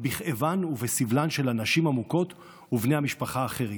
בכאבן ובסבלן של הנשים המוכות ובני המשפחה האחרים.